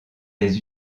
des